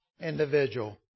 individual